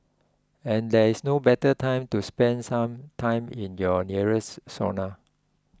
and there is no better time to spend some time in your nearest sauna